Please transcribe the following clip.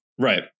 right